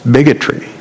Bigotry